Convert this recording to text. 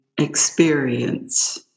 experience